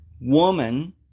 woman